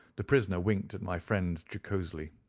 the prisoner winked at my friend jocosely.